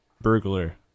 Burglar